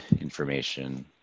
information